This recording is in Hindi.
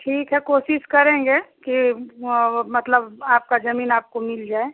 ठीक है कोशिश करेंगे कि मतलब आपकी ज़मीन आपको मिल जाए